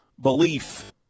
belief